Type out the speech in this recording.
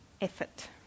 effort